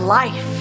life